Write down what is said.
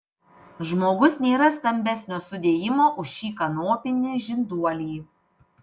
žmogus nėra stambesnio sudėjimo už šį kanopinį žinduolį